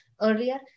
earlier